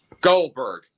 Goldberg